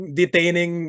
detaining